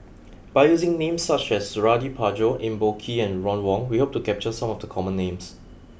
by using names such as Suradi Parjo Eng Boh Kee and Ron Wong we hope to capture some of the common names